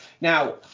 Now